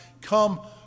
come